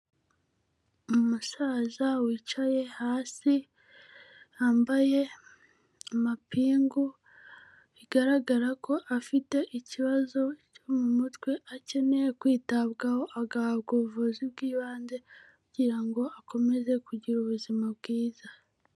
Umusaza wicaye hasi, yambaye amapingu, bigaragara ko afite ikibazo cyo mu mutwe akeneye kwitabwaho agahabwa ubuvuzi bw'ibanze, kugira ngo akomeze kugira ubuzima bwiza.